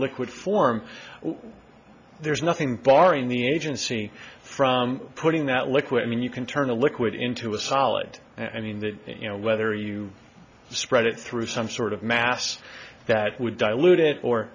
liquid form there's nothing barring the agency from putting that liquid i mean you can turn a liquid into a solid and in that you know whether you spread it through some sort of mass that would di